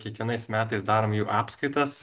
kiekvienais metais darom jų apskaitas